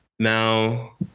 Now